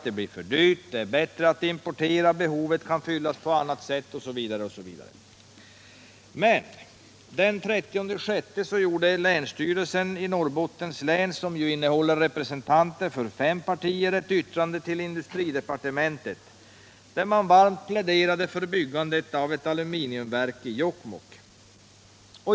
Det blir för dyrt, det är bättre att importera, behovet kan fyllas på annat sätt, osv. Den 30 juni avgav länsstyrelsen i Norrbottens län, där det finns representanter för fem partier, ett yttrande till industridepartementet där man varmt pläderade för byggandet av ett aluminiumverk i Jokkmokk.